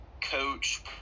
coach